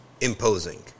imposing